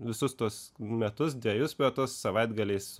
visus tuos metus dvejus metus savaitgaliais